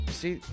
see